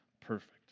perfect